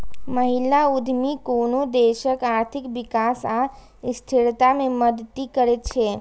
महिला उद्यमी कोनो देशक आर्थिक विकास आ स्थिरता मे मदति करै छै